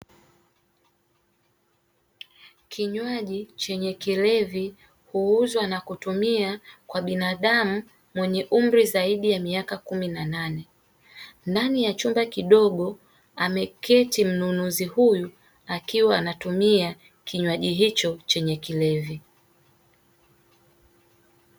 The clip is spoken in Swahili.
Kinywaji chenye kilevi huuzwa na kutumia kwa binadamu wenye umri zaidi ya miaka kumi na nane. Ndani ya chumba kidogo ameketi mnunuzi huyu akiwa anatumia kinywaji hicho chenye kilevi.